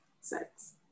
sex